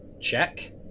check